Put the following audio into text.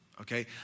Okay